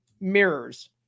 mirrors